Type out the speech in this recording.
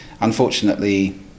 Unfortunately